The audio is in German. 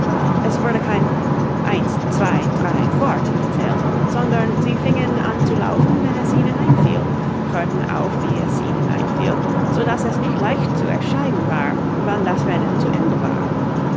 es wurde kein eins zwei drei fort gezählt sondern sie fingen an zu laufen wenn es ihnen einfiel hörten auf wie es ihnen einfiel so daß es nicht leicht zu entscheiden war wann das rennen zu ende war